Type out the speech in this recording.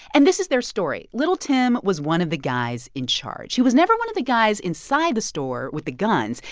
and this is their story little tim was one of the guys in charge. he was never one of the guys inside the store with the guns.